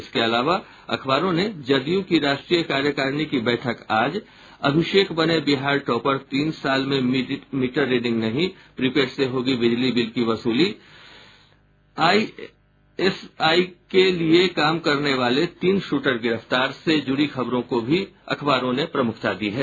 इसके अलावा अखबारों ने जदयू की राष्ट्रीय कार्यकारिणी की बैठक आज अभिषेक बने बिहार टॉपर तीन साल में मीटर रीडिंग नहीं प्रीपेड से होगी बिजली बिल की वसूली आईएसआई के लिये काम करने वाले तीन सूटर गिरफ्तार से जुड़ी खबरों को भी अखबारों ने प्रमुखता दी है